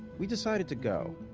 we decided to go.